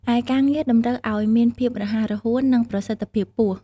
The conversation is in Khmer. ឯការងារតម្រូវឲ្យមានភាពរហ័សរហួន និងប្រសិទ្ធភាពខ្ពស់។